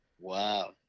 wow